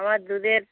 আমার দুধের